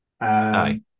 Aye